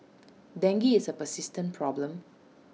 dengue is A persistent problem